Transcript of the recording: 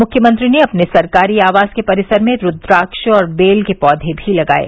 मुख्यमंत्री ने अपने सरकारी आवास के परिसर में रूद्राक्ष और बेल के पौधे भी लगाये